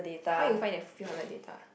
how you find that few hundred data